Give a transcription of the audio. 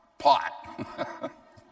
pot